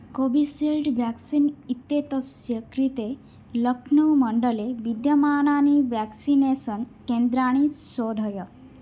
Covishield vaccine इत्येतस्य कृते लक्नौमण्डले विद्यमानानि व्याक्सिनेसन् केन्द्राणि शोधय